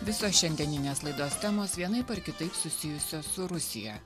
visos šiandieninės laidos temos vienaip ar kitaip susijusios su rusija